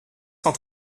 cent